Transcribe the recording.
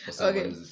Okay